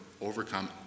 overcome